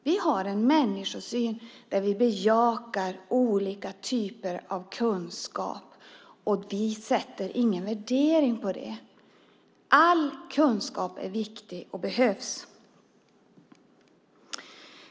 Vi har en människosyn som bejakar olika typer av kunskap. Vi gör ingen värdering av det. All kunskap är viktig och behövs.